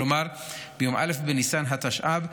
כלומר ביום א' בניסן התשע"ב,